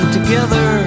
together